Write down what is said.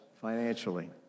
financially